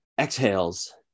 exhales